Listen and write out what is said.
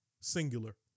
singular